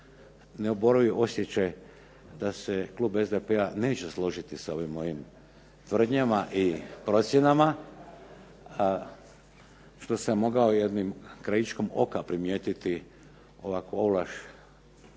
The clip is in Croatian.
neoporivi osjećaj da se Klub SDP-a neće složiti sa ovim mojim tvrdnjama i ocjenama, što sam mogao jednim krajičkom oka primijetiti, ovako ovlaš podizanje